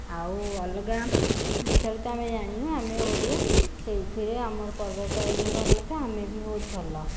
ଆଉ ଅଲଗା ବିଷୟରେ ତ ଆମେ ଜାଣିନୁ ଆମେ ଓଡ଼ିଆ ସେଇଥିରେ ଆମର ପର୍ବ ପର୍ବାଣି ଭଲ ତ ଆମେ ବି ବହୁତ ଭଲ